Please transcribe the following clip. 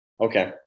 Okay